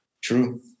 True